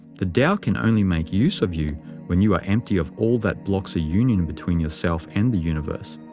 the tao can only make use of you when you are empty of all that blocks a union between yourself and the universe.